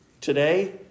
today